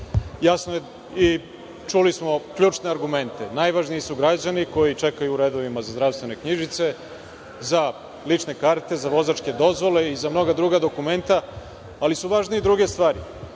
Jasno je i čuli smo i ključne argumente. Najvažniji su građani koji čekaju u redovima za zdravstvene knjižice, za lične karte, za vozačke dozvole i za mnoga druga dokumenta, ali su važne i druge stvari.